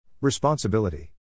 Responsibility